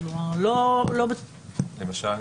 למשל?